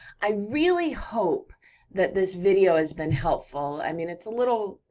i really hope that this video has been helpful, i mean, it's a little,